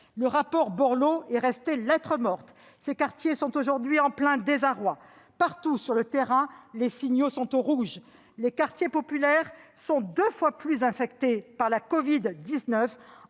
Le rapport Borloo est resté lettre morte. Ces quartiers sont aujourd'hui en plein désarroi. Partout, sur le terrain, les signaux sont au rouge. Les quartiers populaires sont deux fois plus infectés par la covid-19